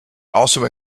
also